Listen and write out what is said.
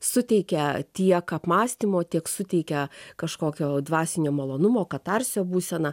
suteikia tiek apmąstymo tiek suteikia kažkokio dvasinio malonumo katarsio būseną